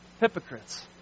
Hypocrites